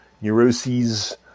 neuroses